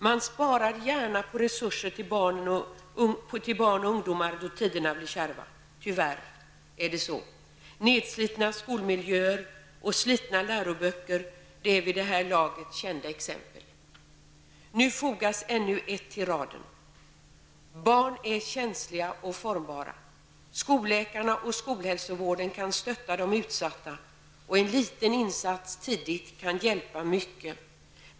Man spar gärna på resurser till barn och ungdomar då tiderna blir kärva. Tyvärr är det så. Nedslitna skolmiljöer och slitna läroböcker är vid det här laget kända exempel. Nu fogas ännu ett till raden. Barn är känsliga och formbara. Skolläkarna och skolhälsovården kan stötta de utsatta, och en liten insats tidigt kan hjälpa mycket.